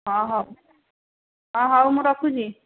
ହଁ ହେଉ ହଁ ହେଉ ମୁଁ ରଖୁଛି